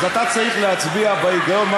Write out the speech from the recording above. אז אתה צריך להצביע בהיגיון,